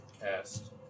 cast